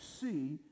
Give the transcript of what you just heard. see